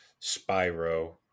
Spyro